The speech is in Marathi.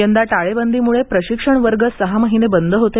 यंदा टाळेबंदीमुळे प्रशिक्षण वर्ग सहा महिने बंद होते